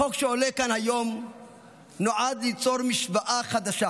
החוק שעולה כאן היום נועד ליצור משוואה חדשה: